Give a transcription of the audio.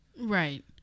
Right